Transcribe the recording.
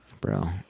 Bro